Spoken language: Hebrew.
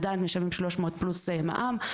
עדיין משלמים 300 שקלים פלוס מע"מ.